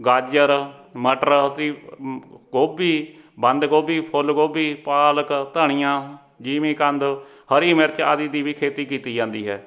ਗਾਜਰ ਮਟਰ ਗੋਭੀ ਬੰਦ ਗੋਭੀ ਫੁੱਲ ਗੋਭੀ ਪਾਲਕ ਧਨੀਆ ਜਿਮੀਕੰਦ ਹਰੀ ਮਿਰਚ ਆਦਿ ਦੀ ਵੀ ਖੇਤੀ ਕੀਤੀ ਜਾਂਦੀ ਹੈ